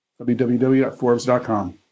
www.forbes.com